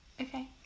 Okay